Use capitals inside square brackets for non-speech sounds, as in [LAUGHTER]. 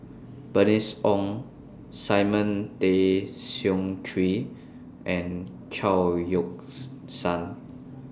Bernice Ong Simon Tay Seong Chee and Chao Yoke [UNINTELLIGIBLE] San